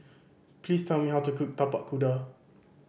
please tell me how to cook Tapak Kuda